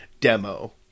demo